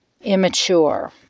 immature